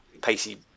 Pacey